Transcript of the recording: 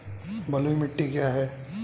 बलुई मिट्टी क्या है?